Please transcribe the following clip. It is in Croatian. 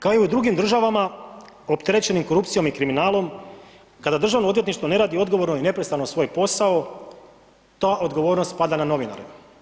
Kao i u drugim državama opterećenim korupcijom i kriminalom, kada državno odvjetništvo ne radi odgovorno i nepristrano svoj postao, ta odgovornost spada na novinare.